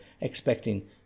expecting